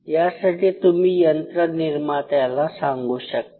यासाठी तुम्ही यंत्र निर्मात्याला सांगू शकतात